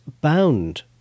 bound